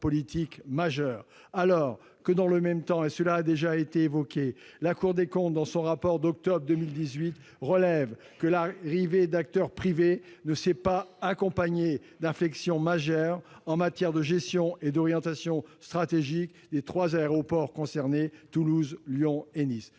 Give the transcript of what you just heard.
politique majeure, alors que, dans le même temps- cela a déjà été évoqué -, la Cour des comptes, dans son rapport d'octobre 2018, relève que l'arrivée d'acteurs privés ne s'est pas accompagnée d'inflexions majeures en matière de gestion et d'orientation stratégique des trois aéroports concernés : Toulouse, Lyon et Nice.